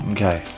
Okay